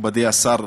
מכובדי השר,